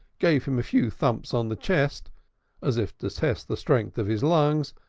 gave him a few thumps on the chest as if to test the strength of his lungs,